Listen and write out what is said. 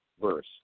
verse